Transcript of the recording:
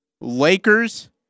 Lakers